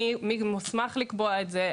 מי מוסמך לקבוע את זה,